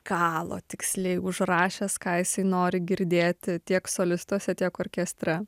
kalo tiksliai užrašęs ką jisai nori girdėti tiek solistuose tiek orkestre